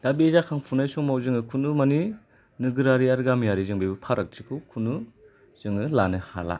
दा बे जाखांफुनाय समाव जोङो खुनु मानि नोगोरारि आरो गामियारिजों जेबो फारागथिखौ खुनु जोङो लानो हाला